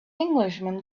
englishman